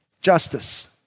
justice